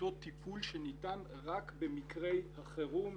אותו טיפול שניתן רק במקרי החירום,